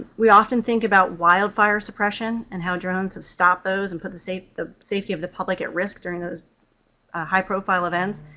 we often think about wildfire suppression and how drones have stopped those and put the safety the safety of the public at risk during those high-profile events.